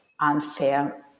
unfair